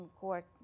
court